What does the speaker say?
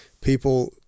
people